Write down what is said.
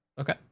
Okay